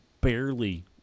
barely